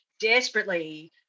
desperately